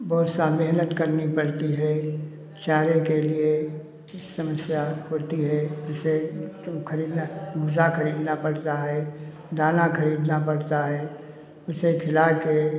बहुत सा मेहनत करनी पड़ती है चारे के लिए ये समस्या होती है जैसे खरीदना भूसा खरीदना पड़ता है दाना खरीदना पड़ता है उसे खिला के